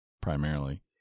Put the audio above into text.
primarily